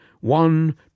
one